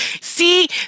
See